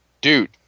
Dude